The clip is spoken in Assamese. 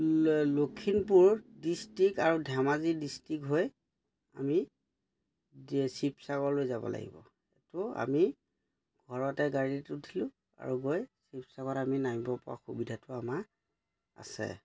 লখিমপুৰ ডিষ্টিক আৰু ধেমাজি ডিষ্ট্ৰিক হৈ আমি শিৱসাগৰলৈ যাব লাগিব এইটো আমি ঘৰতে গাড়ীটো উঠিলোঁ আৰু গৈ শিৱসাগৰত আমি নামিব পৰা সুবিধাটো আমাৰ আছে